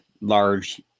large